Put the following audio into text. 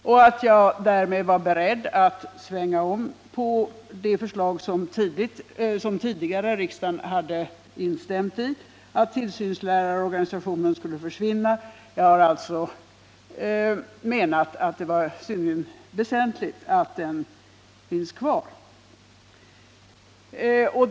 Jag var därmed beredd att svänga om när det gällde det förslag som riksdagen tidigare hade instämt i, att tillsynslärarorganistionen skulle försvinna. Jag har alltså menat att det är synnerligen väsentligt att organisationen finns kvar.